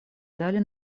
дали